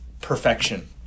perfection